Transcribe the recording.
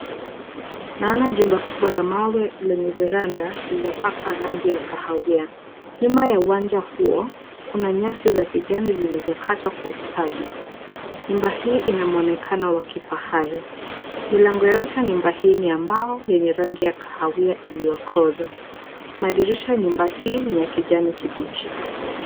Naona jumba kubwa la mawe lenye veranda lililopakwa rangi ya kahawia. Nyuma ya uwanja huo, kuna nyasi za kijani zilizokatwa kwa ustadi. Nyumba hii ina muonekano wa kifahari. Milango yote ya nyumba hii ni ya mbao yenye rangi ya kahawia iliyokoza. Madirisha ya nyumba hii ni ya kijani kibichi.